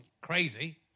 crazy